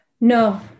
no